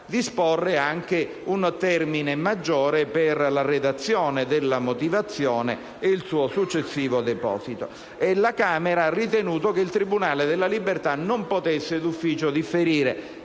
disporre anche un termine maggiore per la redazione della motivazione e il suo successivo deposito. La Camera ha ritenuto che il tribunale della libertà non potesse, d'ufficio, differire